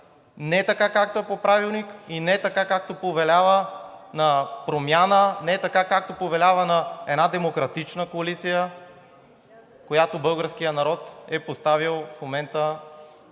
не така, както е по Правилник, и не така, както повелява на промяна – не така, както повелява на една демократична коалиция, която българският народ е поставил в момента